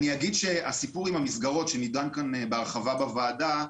הסיפור עם המסגרות שנידון כאן בהרחבה בוועדה,